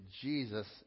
Jesus